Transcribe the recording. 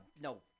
No